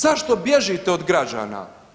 Zašto bježite od građana?